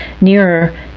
nearer